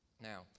Now